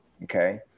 Okay